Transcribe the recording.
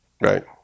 Right